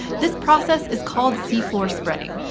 this process is called seafloor spreading.